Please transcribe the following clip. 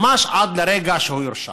ממש עד לרגע שהוא יורשע,